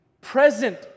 present